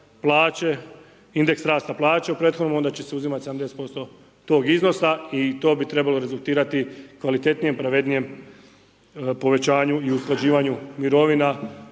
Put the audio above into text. plaće, indeks rasta plaća u prethodnom onda će se uzimat 70% tog iznosa i to bi trebalo rezultirati kvalitetnijem, pravednijem povećanju i usklađivanju mirovina